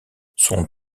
son